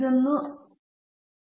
ಇದನ್ನು ಇಲ್ಲಿ ತೋರಿಸಿರುವಂತೆ ಬರೆಯಬಹುದು